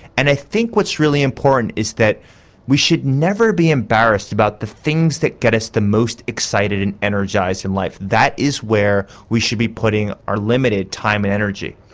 and i think what's really important is that we should never be embarrassed about the things that get us the most excited and energised in life, that is where we should be putting our limited time and energy.